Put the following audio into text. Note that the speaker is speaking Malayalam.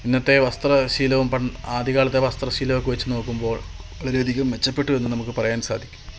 ഇന്നത്തെ വസ്ത്ര ശീലവും ആദ്യകാലത്തെ വസ്ത്ര ശീലവുമൊക്കെ വച്ച് നോക്കുമ്പോൾ വളരെയധികം മെച്ചപ്പെട്ടു എന്ന് നമുക്ക് പറയാൻ സാധിക്കും